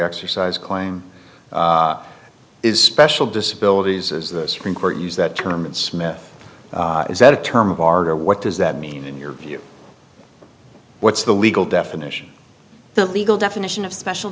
exercise claim is special disability is the supreme court use that term smith is that a term of art or what does that mean in your view what's the legal definition the legal definition of special